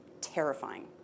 terrifying